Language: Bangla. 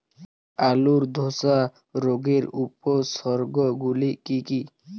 আলুর ধসা রোগের উপসর্গগুলি কি কি?